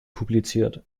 publiziert